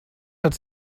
hat